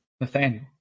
Nathaniel